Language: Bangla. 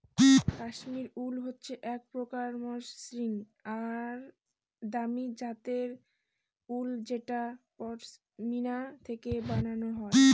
কাশ্মিরী উল হচ্ছে এক প্রকার মসৃন আর দামি জাতের উল যেটা পশমিনা থেকে বানানো হয়